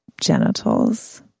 genitals